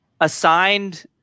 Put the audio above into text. assigned